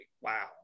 wow